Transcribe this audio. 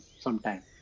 sometime